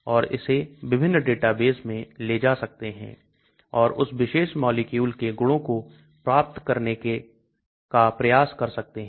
और इसे विभिन्न डेटाबेस में ले जा सकते हैं और उस विशेष मॉलिक्यूल के गुणों को प्राप्त करने का प्रयास कर सकते हैं